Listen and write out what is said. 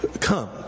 come